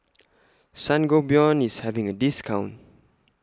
Sangobion IS having A discount